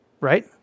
Right